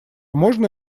можно